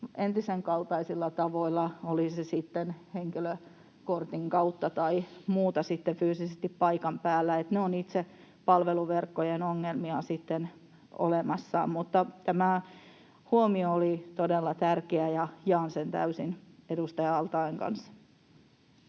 entisen kaltaisilla tavoilla, oli se sitten henkilökortin kautta tai muuten fyysisesti paikan päällä. Ne ovat itse palveluverkkojen ongelmia sitten olemassa. Tämä huomio oli todella tärkeä, ja jaan sen täysin edustaja al-Taeen kanssa.